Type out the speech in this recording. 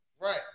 right